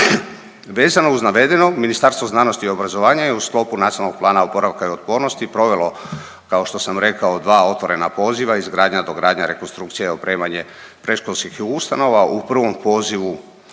Vezano uz navedeno Ministarstvo znanosti i obrazovanja je u sklopu Nacionalnog plana oporavka i otpornosti provelo kao što sam rekao dva otvorena poziva izgradnja, dogradnja, rekonstrukcija i opremanje predškolskih ustanova.